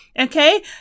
Okay